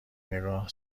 نگاه